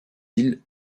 îles